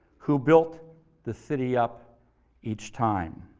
who built the city up each time?